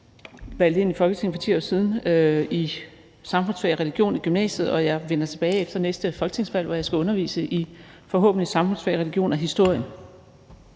blev valgt ind i Folketinget for 10 år siden, i samfundsfag og religion i gymnasiet, og jeg vender tilbage dertil efter næste folketingsvalg, hvor jeg forhåbentlig skal undervise i samfundsfag, religion og historie.